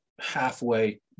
halfway